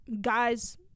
guys